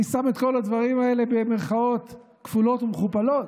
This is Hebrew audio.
אני שם את כל הדברים האלה במירכאות כפולות ומכופלות.